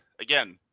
again